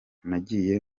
nagiye